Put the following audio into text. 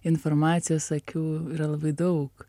informacijos akių yra labai daug